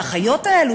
והאחיות האלו,